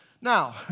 Now